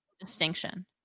distinction